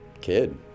kid